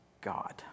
God